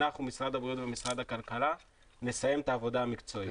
אנחנו משרד הבריאות ומשרד הכלכלה נסיים את העבודה המקצועית.